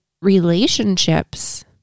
relationships